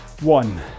one